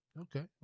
Okay